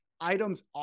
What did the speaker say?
items